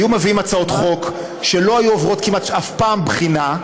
היו מביאים הצעות חוק שלא היו עוברות כמעט אף פעם בחינה,